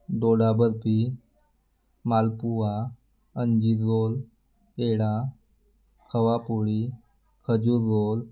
डोडाबर्फी मालपुवा अंजीररोल पेढा खवापोळी खजूररोल